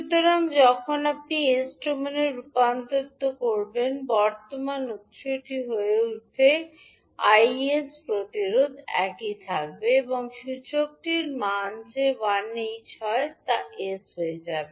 সুতরাং যখন আপনি এস ডোমেইনে রূপান্তর করবেন বর্তমান উত্সটি হয়ে উঠবে 𝐼𝑠 প্রতিরোধ একই থাকবে এবং সূচকটির মান যে 1 H হয় তা s হয়ে যায়